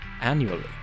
annually